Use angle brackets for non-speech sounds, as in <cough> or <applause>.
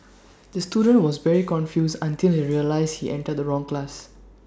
<noise> the student was very confused until he realised he entered the wrong class